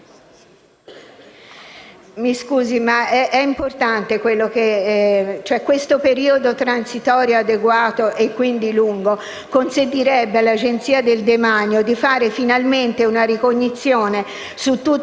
Mi scusi, ma è importante: un periodo transitorio adeguato, e quindi lungo, consentirebbe all'Agenzia del demanio di fare finalmente una ricognizione su tutto